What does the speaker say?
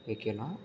வைக்கலாம்